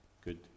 good